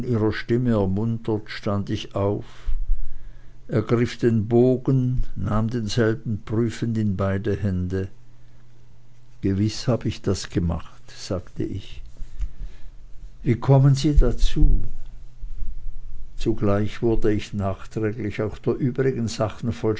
ihrer stimme ermuntert stand ich auf ergriff den bogen und nahm denselben prüfend in beide hände gewiß hab ich das gemacht sagte ich wie kommen sie dazu zugleich wurde ich nachträglich auch der übrigen sachen